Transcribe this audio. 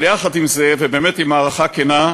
עם זאת, ובאמת בהערכה כנה,